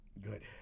Good